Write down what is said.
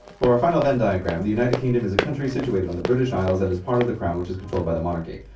for our final venn diagram the united kingdom is a country situated on the british isles and is part of the crown, which is controlled by the monarchy.